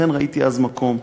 ואכן ראיתי אז מקום,